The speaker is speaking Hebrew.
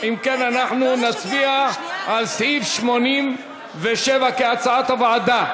אם כן, הסתייגות 117 לסעיף 87 לא נתקבלה.